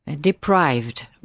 deprived